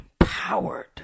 empowered